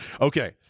Okay